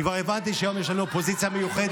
אני כבר הבנתי שהיום יש לנו אופוזיציה מיוחדת,